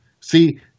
See